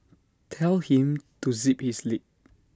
tell him to zip his lip